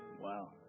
Wow